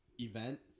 event